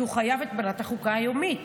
כי חייבים את מנת החוקה היומית.